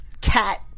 Cat